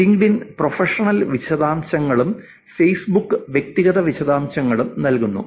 LinkedIn professional വിശദാംശങ്ങളും Facebook വ്യക്തിഗത വിശദാംശങ്ങളും നൽകുന്നു